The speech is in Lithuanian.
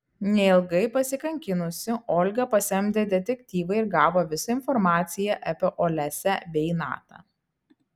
neilgai pasikankinusi olga pasamdė detektyvą ir gavo visą informaciją apie olesią bei natą